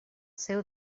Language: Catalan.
seu